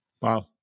Wow